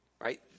right